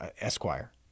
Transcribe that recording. Esquire